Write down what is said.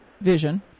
vision